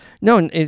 No